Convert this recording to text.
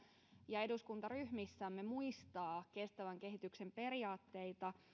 ja eduskuntaryhmissämme muistaa kestävän kehityksen periaatteita